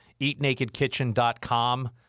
EatNakedKitchen.com